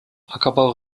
ackerbau